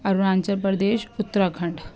Arunachal Pradesh Uttarakhand